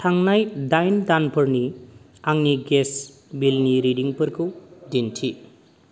थांनाय डाइन दानफोरनि आंनि गेस बिलनि रिडिंफोरखौ दिन्थि